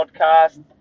podcast